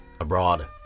abroad